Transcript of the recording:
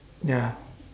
ya